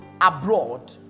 abroad